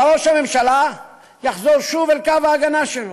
אבל ראש הממשלה יחזור שוב אל קו ההגנה שלו.